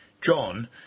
John